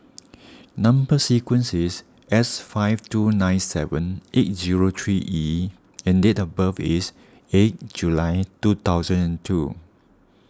Number Sequence is S five two nine seven eight zero three E and date of birth is eight July two thousand and two